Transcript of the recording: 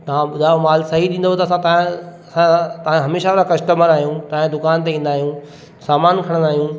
तव्हां ॿुधायो तव्हां माल सही ॾींदव त असां तव्हां सां हमेशह जा कस्टमर आहियूं तव्हांजा दुकान ते ईंदा आहियूं सामान खणंदा आहियूं